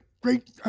great